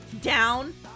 Down